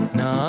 no